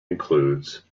includes